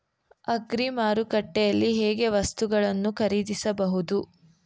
Agri ಮಾರುಕಟ್ಟೆಯಲ್ಲಿ ಹೇಗೆ ವಸ್ತುಗಳನ್ನು ಖರೀದಿಸಬಹುದು?